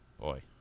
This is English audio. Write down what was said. boy